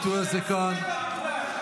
ברא, ברא, יא מחבל.